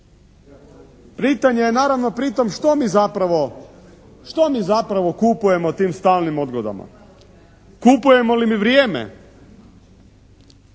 Pitanje je naravno pri tom što mi zapravo, što mi zapravo kupujemo tim stalnim odgodama? Kupujemo li mi vrijeme?